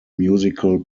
musical